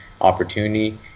opportunity